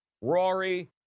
Rory